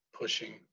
pushing